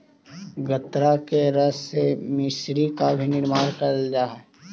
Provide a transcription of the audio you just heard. गन्ना के रस से मिश्री का भी निर्माण करल जा हई